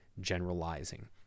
generalizing